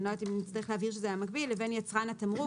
אני לא יודעת אם נצטרך להבהיר שזה המקביל "לבין יצרן התמרוק,